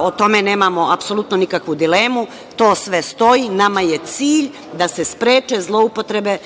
o tome nemamo apsolutno nikakvu dilemu, to sve stoji i nama je cilj da se spreče zloupotrebe